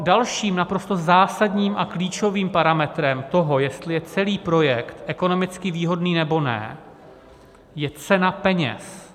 Dalším naprosto zásadním a klíčovým parametrem toho, jestli je celý projekt ekonomicky výhodný, nebo ne, je cena peněz.